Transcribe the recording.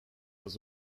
was